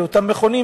לאותם מכונים,